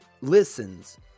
listens